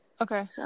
Okay